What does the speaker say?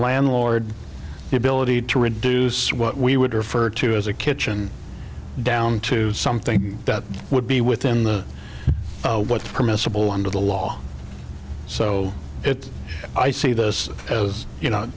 landlord the ability to reduce what we would refer to as a kitchen down to something that would be within what's permissible under the law so it's i see this as you know